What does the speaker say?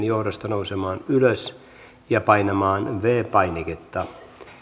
johdosta nousemaan ylös ja painamaan viides painiketta